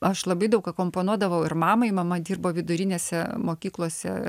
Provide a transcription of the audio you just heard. aš labai daug akompanuodavau ir mamai mama dirbo vidurinėse mokyklose